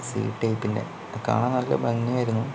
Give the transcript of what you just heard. see ടൈപ്പിൻ്റെ കാണാൻ നല്ല ഭംഗിയായിരുന്നു